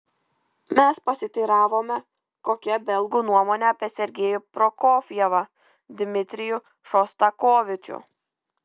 mes pasiteiravome kokia belgų nuomonė apie sergejų prokofjevą dmitrijų šostakovičių